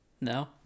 No